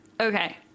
Okay